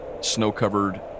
snow-covered